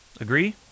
Agree